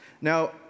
Now